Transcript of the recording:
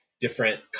different